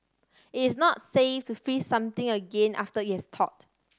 it is not safe to freeze something again after it has thawed